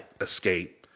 Escape